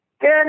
Good